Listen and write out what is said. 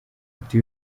ati